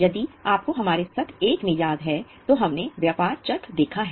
यदि आपको हमारे सत्र 1 में याद है तो हमने व्यापार चक्र देखा है